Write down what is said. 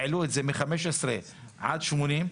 העלו את זה מחמש עשרה עד שמונים,